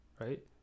right